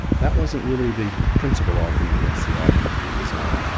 that wasn't really the principal argument against the argument of design.